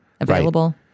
available-